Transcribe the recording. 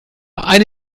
eine